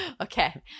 Okay